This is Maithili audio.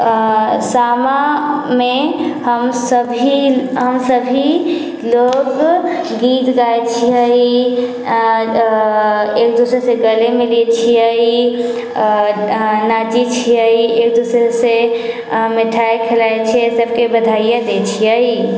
आओर सामामे हमसब लोकगीत गाबै छिए एक दोसरसँ गला मिलै छिए आओर नाचै छिए एक दोसरसँ मिठाइ खिलाबै छिए सबके बधाइयाँ दै छिए